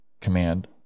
command